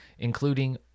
including